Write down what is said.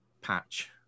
patch